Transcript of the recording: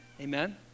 Amen